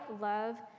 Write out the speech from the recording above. love